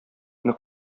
нык